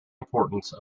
importance